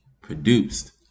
produced